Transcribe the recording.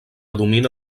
domina